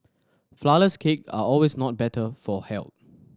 flourless cake are always not better for health